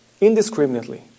indiscriminately